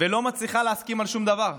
ולא מצליחה להסכים על שום דבר?